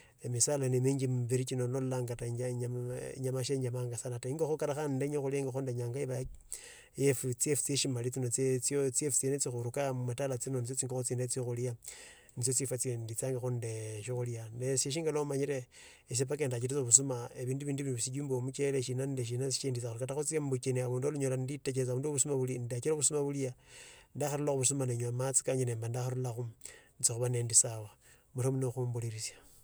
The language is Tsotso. Emisara ne minji mubili chino nololanga kata inje inje enyama shenjemango sana ta. Ingoho khandi ndenya khuchilia ndanyanga iba yafu tsieshimali chino chio chio cho khurukaa mmatala tsino nicho tsingoho tsiene tsiokhulia nitsio tsifwa tsie nditsonga ndeee siokhulia. Esio singa somanyie esa mpaka ndatsireta tsa obusuma. Ebindu bindi singana muchela esa sinditsakho ta kata khutsie mubuchani abundu planyalo ninditegee khulo busuma buli ndakharura mubusuma nenya amatsi kanja namba ndakharuramo nendakhuba nindi sawa. Murio muno khomburirisia.